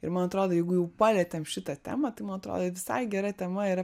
ir man atrodo jeigu jau palietėm šitą temą tai man atrodo visai gera tema yra